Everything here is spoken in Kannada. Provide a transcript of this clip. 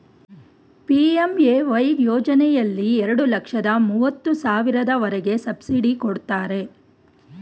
ಪಿ.ಎಂ.ಎ.ವೈ ಯೋಜನೆಯಲ್ಲಿ ಎರಡು ಲಕ್ಷದ ಮೂವತ್ತು ಸಾವಿರದವರೆಗೆ ಸಬ್ಸಿಡಿ ಕೊಡ್ತಾರೆ